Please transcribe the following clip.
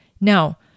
Now